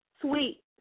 Sweet